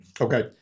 Okay